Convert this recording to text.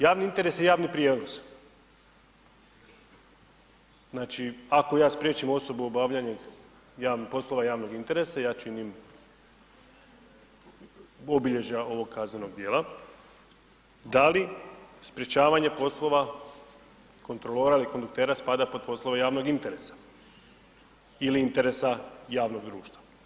Javni interes je javni prijevoz, znači ako ja spriječim osobu u obavljanju javnih poslova, javnog interesa, ja činim obilježja ovog kaznenog djela, da li sprječavanje poslova kontrolora ili konduktera spada pod poslove javnog interesa ili interesa javnog društva?